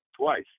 twice